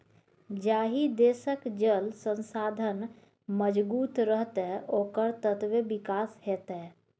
जाहि देशक जल संसाधन मजगूत रहतै ओकर ततबे विकास हेतै